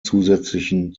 zusätzlichen